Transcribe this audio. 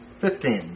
Fifteen